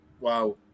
wow